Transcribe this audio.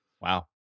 wow